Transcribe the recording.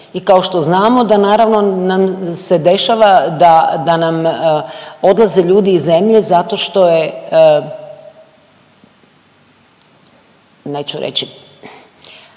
i kao što znamo da naravno nam se dešava da, da nam odlaze ljudi iz zemlje zato što je neću reći,